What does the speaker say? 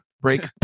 break